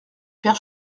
père